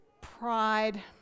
pride